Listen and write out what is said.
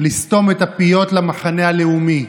לסתום את הפיות למחנה הלאומי,